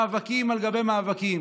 מאבקים על גבי מאבקים.